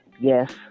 Yes